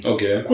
Okay